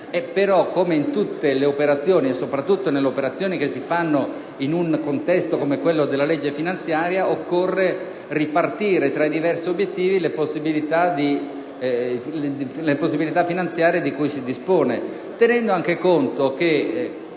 come in tutte le operazioni, soprattutto in quelle che si compiono in un contesto come la legge finanziaria, occorre ripartire tra i diversi obiettivi le possibilità finanziarie di cui si dispone, tenendo anche conto che